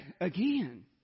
again